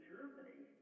Germany